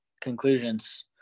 conclusions